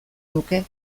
nuke